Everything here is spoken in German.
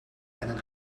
einen